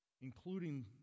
including